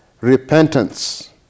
repentance